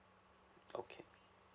okay